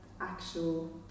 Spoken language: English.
actual